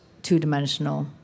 Two-dimensional